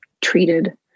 treated